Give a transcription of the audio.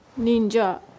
ninja